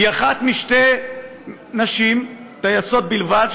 היא אחת משתי נשים טייסות בלבד,